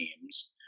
teams